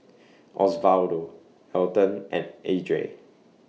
Osvaldo Alton and Edrie